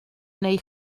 neu